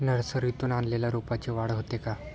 नर्सरीतून आणलेल्या रोपाची वाढ होते का?